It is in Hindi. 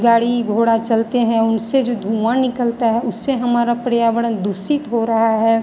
गाड़ी घोड़ा चलते हैं उससे जो धुंआ निकलता है उससे हमारा पर्यावरण दूषित हो रहा है